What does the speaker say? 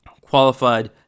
qualified